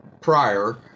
prior